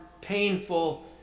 painful